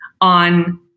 on